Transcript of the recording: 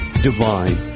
divine